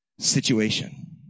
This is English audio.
Situation